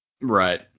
Right